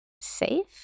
safe